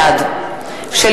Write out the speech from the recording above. בעד שלי